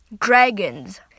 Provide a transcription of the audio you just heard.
dragons